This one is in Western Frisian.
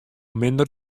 minder